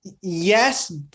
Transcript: Yes